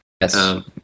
Yes